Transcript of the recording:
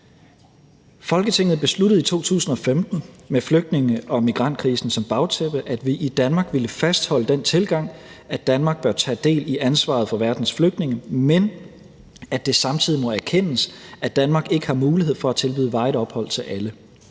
Folketinget besluttede i 2015 med flygtninge- og migrantkrisen som bagtæppe, at vi i Danmark ville fastholde den tilgang, at Danmark bør tage del i ansvaret for verdens flygtninge, men at det samtidig må erkendes, at Danmark ikke har mulighed for at tilbyde varigt ophold til alle.